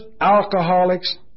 alcoholics